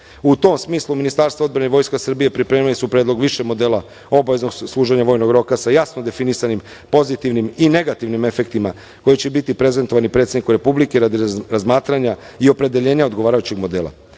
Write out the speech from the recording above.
tom smislu, Ministarstvo odbrane i Vojska Srbije pripremili su predlog više modela obaveznog služenja vojnog roka, sa jasno definisanim pozitivnim i negativnim efektima koji će biti prezentovani predsedniku Republike radi razmatranja i opredeljenja odgovarajućeg